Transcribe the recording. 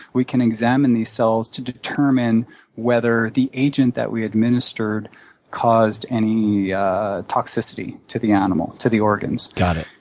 we can examine these cells to determine whether the agent that we administered caused any yeah toxicity to the animal, to the organs. got it.